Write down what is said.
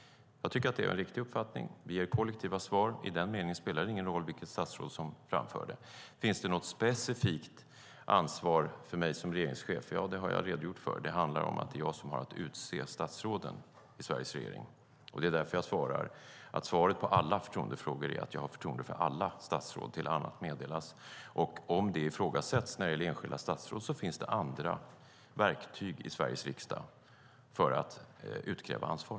Jag tycker att det är en riktig uppfattning - vi ger kollektiva svar. I den meningen spelar det ingen roll vilket statsråd som framför dem. Finns det något specifikt ansvar för mig som regeringschef? Ja, det har jag redogjort för; det handlar om att det är jag som har att utse statsråden i Sveriges regering. Det är därför mitt svar på alla frågor om förtroende är att jag har förtroende för alla statsråd tills annat meddelas. Om det ifrågasätts när det gäller enskilda statsråd finns det andra verktyg i Sveriges riksdag för att utkräva ansvar.